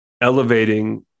elevating